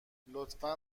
لطفا